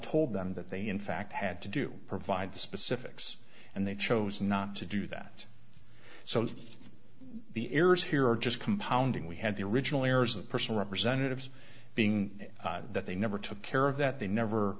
told them that they in fact had to do provide the specifics and they chose not to do that so the errors here are just compounding we had the original errors of personal representatives being that they never took care of that they